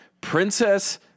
princess